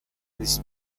this